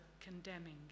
condemning